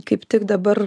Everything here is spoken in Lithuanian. kaip tik dabar